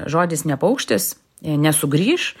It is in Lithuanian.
žodis ne paukštis nesugrįš